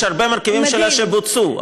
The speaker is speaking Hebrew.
יש הרבה מרכיבים שלה שבוצעו,